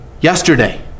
yesterday